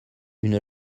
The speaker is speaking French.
une